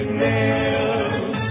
nails